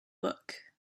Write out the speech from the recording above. book